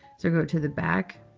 so go to the back